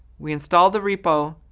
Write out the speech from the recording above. we install the repo,